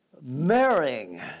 marrying